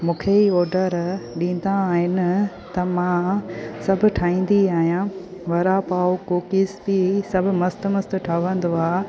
मूंखे ई ऑडर ॾींदा आहिनि त मां सभु ठाहींदी आहियां वड़ा पाव कुकिस बि सभु मस्त मस्त ठहंदो आहे